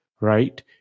right